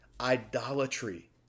idolatry